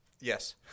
yes